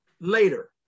later